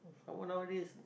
I work nowadays